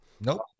Nope